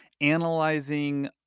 analyzing